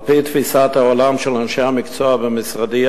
על-פי תפיסת העולם של אנשי המקצוע במשרדי,